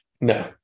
no